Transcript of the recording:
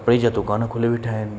कपिड़े जा दुकान खोले वेठा आहिनि